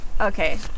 okay